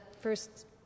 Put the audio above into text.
first